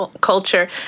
culture